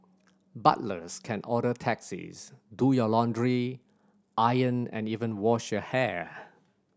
butlers can order taxis do your laundry iron and even wash your hair